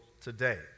today